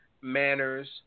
manners